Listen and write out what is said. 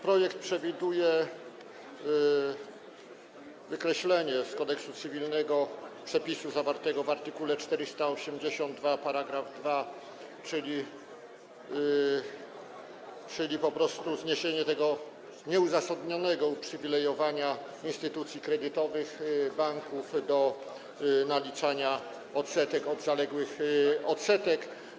Projekt przewiduje wykreślenie z Kodeksu cywilnego przepisu zawartego w art. 482 § 2, czyli po prostu zniesienie tego nieuzasadnionego uprzywilejowania instytucji kredytowych, banków dotyczącego naliczania odsetek od zaległych odsetek.